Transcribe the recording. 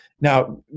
Now